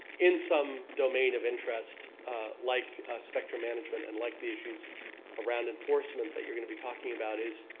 in some domain of interest like spectrum management and like the issues around enforcement that you're going to be talking about, is,